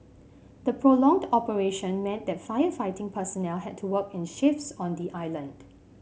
the prolonged operation meant that firefighting personnel had to work in shifts on the island